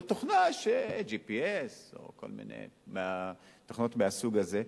זו תוכנה של GPS או כל מיני תוכנות מהסוג הזה.